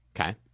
Okay